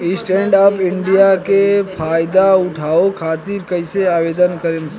Stand up India के फाइदा उठाओ खातिर कईसे आवेदन करेम?